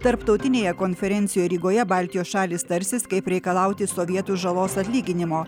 tarptautinėje konferencijoje rygoje baltijos šalys tarsis kaip reikalauti sovietų žalos atlyginimo